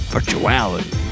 Virtuality